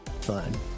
fun